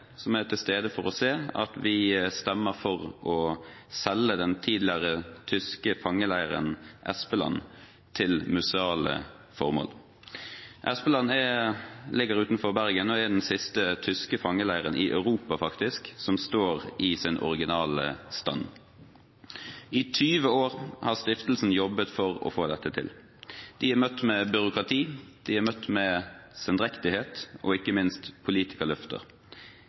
som er til stede for å se at vi stemmer for å selge den tidligere tyske fangeleiren Espeland til museale formål. Espeland ligger utenfor Bergen og er den siste tyske fangeleiren i Europa, faktisk, som står i sin originale stand. I 20 år har stiftelsen jobbet for å få dette til. De er blitt møtt med byråkrati, de er blitt møtt med sendrektighet og ikke minst med politikerløfter.